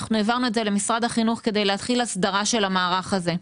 אנחנו העברנו את זה למשרד החינוך כדי להתחיל הסדרה של המערך הזה.